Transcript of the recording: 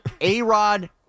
A-Rod